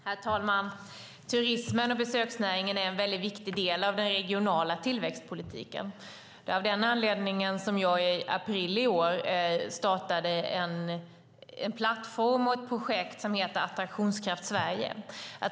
Herr talman! Turismen och besöksnäringen är en mycket viktig del av den regionala tillväxtpolitiken. Det är av den anledningen som jag i april i år startade en plattform och ett projekt som heter Attraktionskraft Sverige.